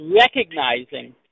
recognizing